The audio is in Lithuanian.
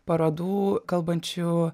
parodų kalbančių